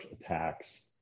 attacks